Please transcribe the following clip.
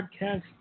Podcast